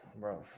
Bro